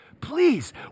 Please